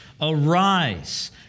arise